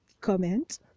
Comment